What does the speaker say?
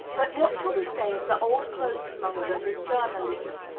but what shall we say of the old-clothes mongers in journalism?